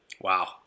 Wow